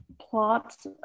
plots